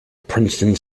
princeton